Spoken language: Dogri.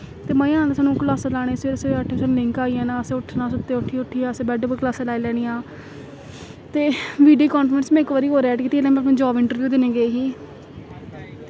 ते मजा औंदा सानूं क्लासां लाने सबेरे सबेरे अट्ठ बजे लिंक आई जाना असें उट्ठना सुत्ते उट्ठी उट्ठियै बैड पर क्लासां लाई लैनियां ते वीडियो कांफ्रैंस में इक बारी होर ऐड कीती ही में अपनी जाब इंट्रव्यू देन गेई ही